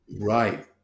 Right